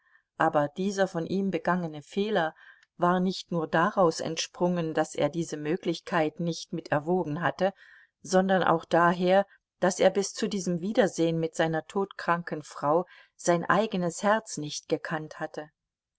aber dieser von ihm begangene fehler war nicht nur daraus entsprungen daß er diese möglichkeit nicht mit erwogen hatte sondern auch daher daß er bis zu diesem wiedersehen mit seiner todkranken frau sein eigenes herz nicht gekannt hatte